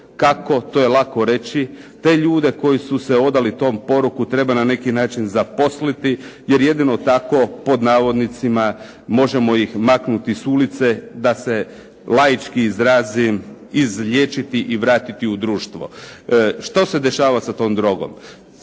Kako to je lako reći. Te ljude koji su se odali tom poroku treba na neki način zaposliti jer jedino "tako" možemo ih maknuti s ulice, da se laički izrazim izliječiti i vratiti u društvo. Što se dešava sa tom drogom?